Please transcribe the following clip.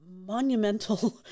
monumental